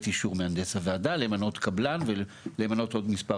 אישור מהנדס הוועדה למנות קבלן ולמנות עוד מספר